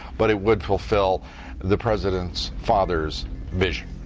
but it would fulfill the president's father's vision.